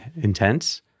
intense